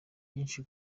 byinshi